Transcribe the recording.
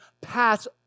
pass